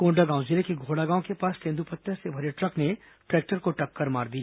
कोंडागांव जिले के घोड़ा गांव के पास तेंद्रपत्ते से भरे ट्रक ने ट्रैक्टर को टक्कर मार दी